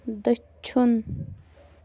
دٔچھُن